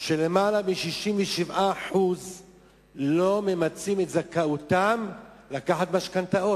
שיותר מ-67% לא מנצלים את זכאותם למשכנתה.